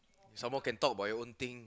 some more can talk about your own thing